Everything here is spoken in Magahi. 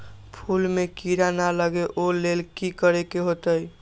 फूल में किरा ना लगे ओ लेल कि करे के होतई?